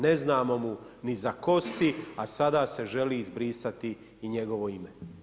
Ne znamo mu ni za kosti, a sada se želi izbrisati i njegovo ime.